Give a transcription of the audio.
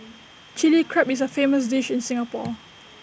Chilli Crab is A famous dish in Singapore